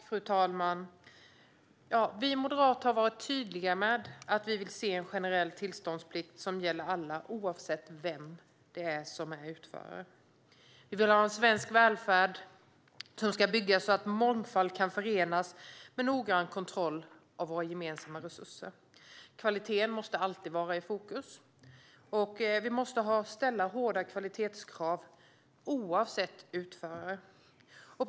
Fru talman! Vi moderater har varit tydliga med att vi vill se en generell tillståndsplikt. Den ska alltså gälla alla, oavsett utförare. Vi vill att svensk välfärd ska byggas så att mångfald kan förenas med noggrann kontroll av våra gemensamma resurser. Kvaliteten måste alltid vara i fokus. Och vi måste ställa hårda kvalitetskrav, oavsett vem utföraren är.